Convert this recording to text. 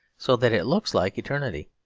so that it looks like eternity.